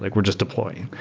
like we're just deploying.